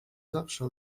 zawsze